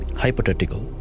hypothetical